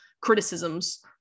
criticisms